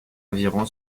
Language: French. environ